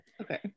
Okay